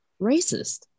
racist